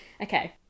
okay